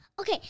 Okay